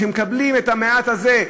שמקבלים את המעט הזה,